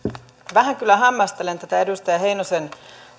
vähän kyllä hämmästelen tätä edustaja heinosen